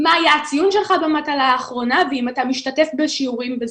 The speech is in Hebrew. מה היה הציון שלך במטלה האחרונה ואם אתה משתתף בשיעורים בזום.